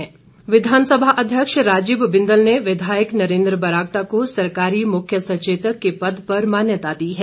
नियुक्ति विधानसभा अध्यक्ष राजीव बिंदल ने विधायक नरेंद्र बरागटा को सरकारी मुख्य सचेतक के पद पर मान्यता दी है